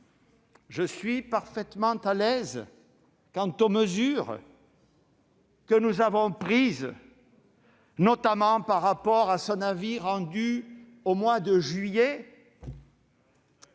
Je suis parfaitement à l'aise quant aux mesures que nous avons prises, notamment à la suite de l'avis qu'il a rendu au mois de juillet.